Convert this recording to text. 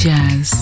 Jazz